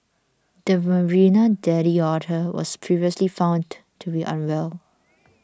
the Marina daddy otter was previously found to be unwell